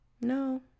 no